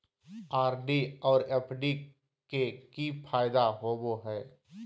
RD और FD के की फायदा होबो हइ?